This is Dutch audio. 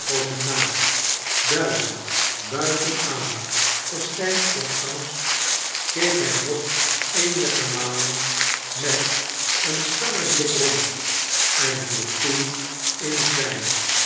dnizelig buiten adem verstijfd van angst keek hij nog eenige malen met eea starren blik rond en viel toen in zwijm